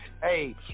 Hey